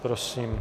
Prosím.